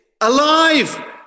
alive